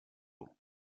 haut